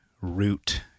root